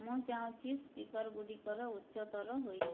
ମୁଁ ଚାହୁଁଛି ସ୍ପିକର୍ଗୁଡ଼ିକର ଉଚ୍ଚତର ହୋଇଛି